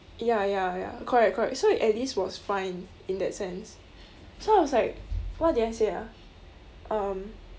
ya ya ya correct correct so at least it was fine in that sense so I was like what did I say ah um